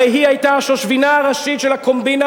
הרי היא היתה השושבינה הראשית של הקומבינה